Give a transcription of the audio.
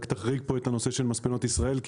רק תחריג פה את הנושא של מספנות ישראל כי